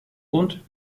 und